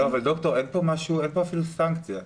אין כאן אפילו סנקציה.